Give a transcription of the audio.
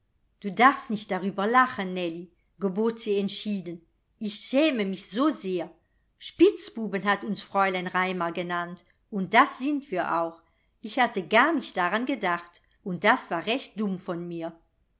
du darfst nicht darüber lachen nellie gebot sie entschieden ich schäme mich so sehr spitzbuben hat uns fräulein raimar genannt und das sind wir auch ich hatte gar nicht daran gedacht und das war recht dumm von mir